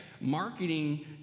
Marketing